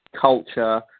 culture